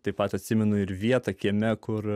taip pat atsimenu ir vietą kieme kur